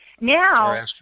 now